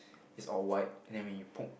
it's all white and then when you poke